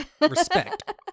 respect